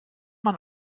man